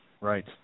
Right